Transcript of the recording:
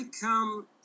come